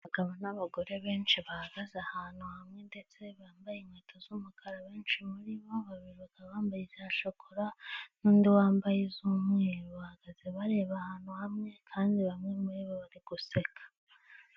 Abagabo n'abagore benshi bahagaze ahantu hamwe ndetse bambaye inkweto z'umukara benshi muri bo, babiri bakaba bambaye iza shokora n'undi wambaye iz'umweru, bahagaze bareba ahantu hamwe kandi bamwe muri bo bari guseka.